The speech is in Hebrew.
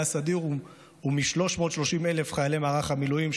הסדיר ומ-330,000 חיילי מערך המילואים,